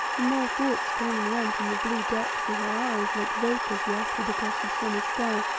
and now thoughts came and went in the blue depths of her eyes like vapours wafted across the summer sky,